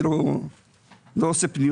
אני לא מגיש פניות.